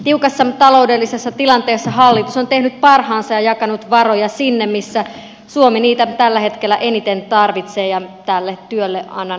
tiukassa ta loudellisessa tilanteessa hallitus on tehnyt parhaansa ja jakanut varoja sinne missä suomi niitä tällä hetkellä eniten tarvitsee ja tälle työlle annan kaiken tukeni